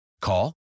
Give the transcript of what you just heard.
Call